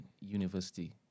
university